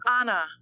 Anna